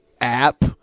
app